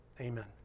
Amen